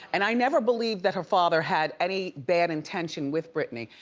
and i never believed that her father had any bad intention with britney.